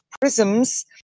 prisms